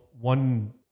one